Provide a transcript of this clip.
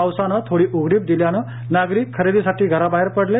पावसानं थोडी उघडीप दिल्यानं नागरिक खरेदीसाठी घराबाहेर पडले